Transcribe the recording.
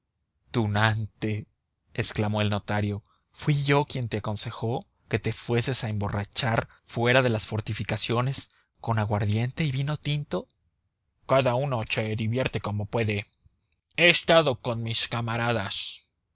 tunante exclamó el notario fui yo quien te aconsejó que te fueses a emborrachar fuera de las fortificaciones con aguardiente y vino tinto cada uno se divierte como puede he estado con mis camaradas